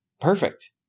perfect